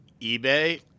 eBay